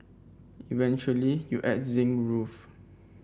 eventually you add the zinc roof